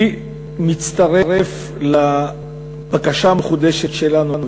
אני מצטרף לבקשה המחודשת שלנו.